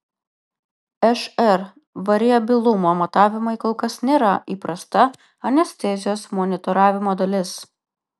šr variabilumo matavimai kol kas nėra įprasta anestezijos monitoravimo dalis